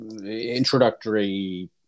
introductory